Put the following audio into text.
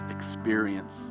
experience